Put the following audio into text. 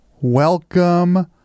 welcome